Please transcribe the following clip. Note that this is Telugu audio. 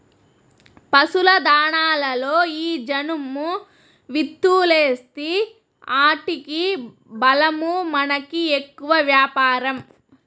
పశుల దాణాలలో ఈ జనుము విత్తూలేస్తీ ఆటికి బలమూ మనకి ఎక్కువ వ్యాపారం